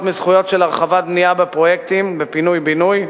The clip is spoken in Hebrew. מזכויות של הרחבת בנייה בפרויקטים בפינוי-בינוי,